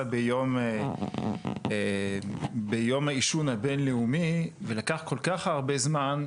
ביום העישון הבין-לאומי ולקח כל כך הרבה זמן,